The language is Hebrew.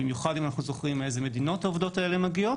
במיוחד אם אנחנו זוכרים מאיזה מדינות העובדות האלה מגיעות